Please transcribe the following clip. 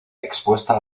expuesta